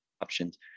options